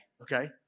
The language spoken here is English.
okay